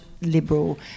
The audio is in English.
liberal